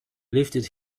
lifted